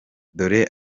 dore